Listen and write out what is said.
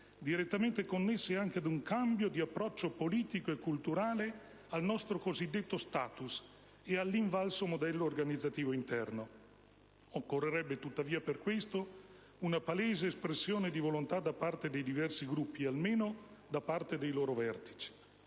direttamente connesse anche ad un cambio di approccio politico e culturale al nostro cosiddetto *status* e all'invalso modello organizzativo interno. Occorrerebbe tuttavia, per questo, una palese espressione di volontà da parte dei diversi Gruppi, o almeno da parte dei loro vertici.